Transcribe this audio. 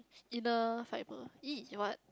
inner fiber E what